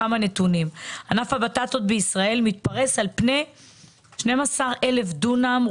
כמה נתונים ענף הבטטות בישראל מתפרס על פני 12,000 דונם,